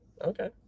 Okay